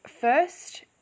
first